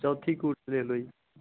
ਚੌਥੀ ਕੂਟ ਲਿਖ ਲਓ ਜੀ